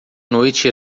noite